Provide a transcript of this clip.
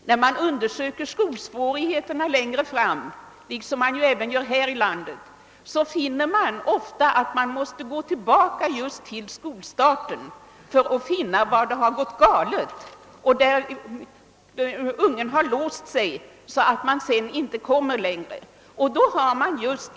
När man har undersökt de skolsvårigheter som längre fram kan uppstå har man ofta funnit att man måste gå tillbaka till skolstarten för att finna var det har gått galet och barnet så att säga har låst sig.